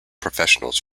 professionals